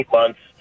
months